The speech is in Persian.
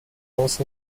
رقاص